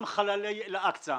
גם חללי אל-אקצא,